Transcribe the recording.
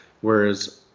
Whereas